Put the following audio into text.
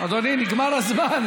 אדוני, נגמר הזמן.